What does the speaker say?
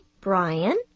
Brian